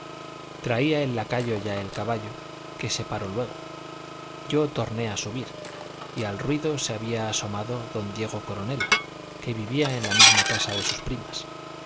traía el lacayo ya el caballo que se paró luego yo torné a subir y al ruido se había asomado don diego coronel que vivía en la misma casa de sus primas